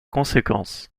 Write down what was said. conséquences